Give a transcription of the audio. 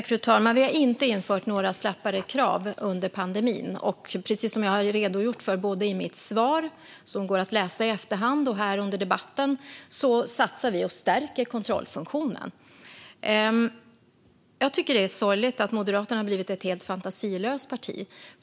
Fru talman! Vi har inte infört några slappare krav under pandemin. Precis som jag har redogjort för i mitt svar här i debatten, som går att läsa i efterhand, satsar vi på att stärka kontrollfunktionen Jag tycker att det är sorgligt att Moderaterna har blivit ett helt fantasilöst parti.